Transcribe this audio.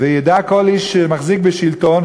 וידע כל איש שמחזיק בשלטון,